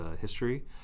history